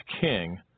king